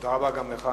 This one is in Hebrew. תודה רבה גם לך.